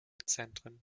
zentren